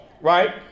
right